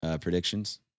predictions